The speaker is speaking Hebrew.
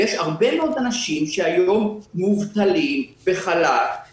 יש הרבה מאוד אנשים שהיום מובטלים בחל"ת,